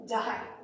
die